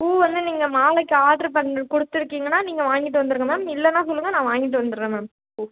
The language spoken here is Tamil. பூவெல்லாம் நீங்கள் மாலைக்கு ஆட்ரு பண்ண கொடுத்திருக்கீங்கன்னா நீங்கள் வாங்கிகிட்டு வந்துடுங்க மேம் இல்லைன்னா சொல்லுங்க நான் வாங்கிகிட்டு வந்துடுறேன் மேம் பூ